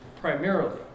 primarily